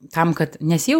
tam kad nes jau